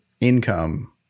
income